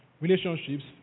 relationships